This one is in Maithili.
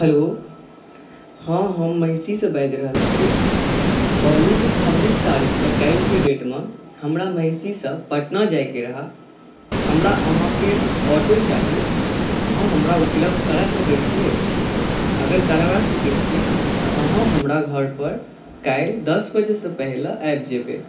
हैलो हँ हम महिषीसँ बाजि रहल छी कहलहुँ जे छब्बीस तारीखकेँ काल्हिक डेट मे हमरा महिषीसँ पटना जायक रहय हमरा अहाँके ऑटो चाही अहाँ हमरा उपलब्ध करा सकै छियै अगर करबा सकै छियै तऽ अहाँ हमरा घर पर काल्हि दस बजेसॅं पहिले आबि जेबै